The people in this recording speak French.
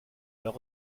leur